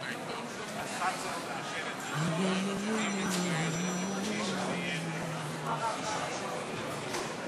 אנחנו עוברים לנושא הבא שעל